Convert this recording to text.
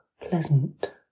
pleasant